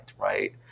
right